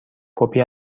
کپی